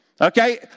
Okay